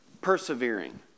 persevering